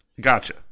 Gotcha